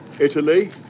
Italy